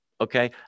Okay